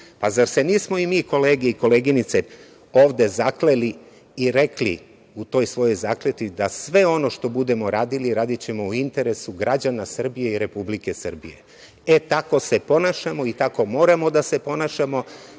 Zar se nismo i mi kolege i koleginice ovde zakleli i rekli u toj svojoj zakletvi da sve ono što budemo radili, radićemo u interesu građana Srbije i Republike Srbije. Tako se ponašamo i tako moramo da se ponašamo